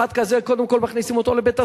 אחד כזה, קודם כול מכניסים אותו לבית-הסוהר.